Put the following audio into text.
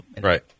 Right